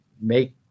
make